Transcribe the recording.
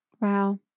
Wow